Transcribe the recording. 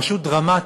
פשוט דרמטית,